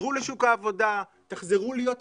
חיזרו לשוק העבודה, תחזרו להיות יצרנים,